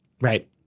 right